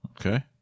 Okay